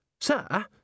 sir